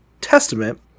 Testament